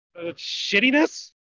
shittiness